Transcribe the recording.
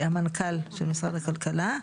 המנכ"ל של משרד הכלכלה.